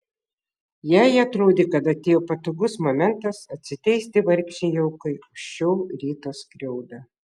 jai atrodė kad atėjo patogus momentas atsiteisti vargšei aukai už šio ryto skriaudą